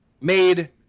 made